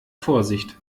vorsicht